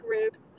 groups